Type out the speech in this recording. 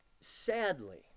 Sadly